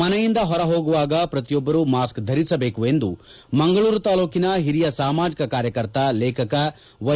ಮನೆಯಿಂದ ಹೊರಗೆ ಹೋಗುವಾಗ ಪ್ರತಿಯೊಬ್ಬರು ಮಾಸ್ಕ್ ಧರಿಸಬೇಕು ಎಂದು ಮಂಗಳೂರು ತಾಲೂಕಿನ ಹಿರಿಯ ಸಾಮಾಜಿಕ ಕಾರ್ಯಕರ್ತ ಲೇಖಕ ವೈ